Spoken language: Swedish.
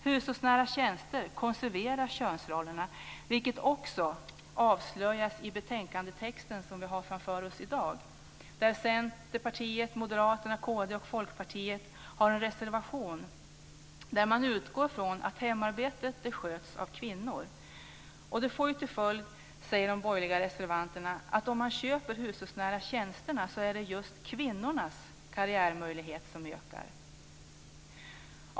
Hushållsnära tjänster konserverar könsrollerna, vilket också avslöjas i den betänkandetext som vi har framför oss i dag. Där har Centerpartiet, Moderaterna, Kristdemokraterna och Folkpartiet en reservation där man utgår ifrån att hemarbetet sköts av kvinnor. De borgerliga reservanterna säger att detta får till följd att om man köper hushållsnära tjänster är det just kvinnornas karriärmöjligheter som ökar.